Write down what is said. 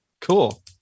Cool